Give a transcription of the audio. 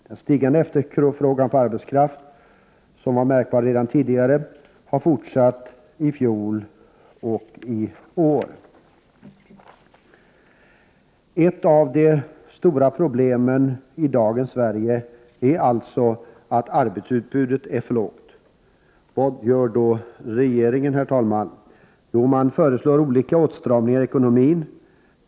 Den stigande efterfrågan på arbetskraft, som var märkbar redan tidigare, har fortsatt i fjol och i år. Ett av de stora problemen i dagens Sverige är alltså att arbetsutbudet är för lågt. Vad gör då regeringen, herr talman? Jo, man föreslår olika åtstramningar i ekonomin.